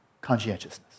conscientiousness